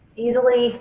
easily